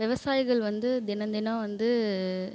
விவசாயிகள் வந்து தினம் தினம் வந்து